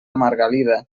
margalida